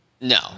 no